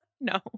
no